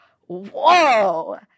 whoa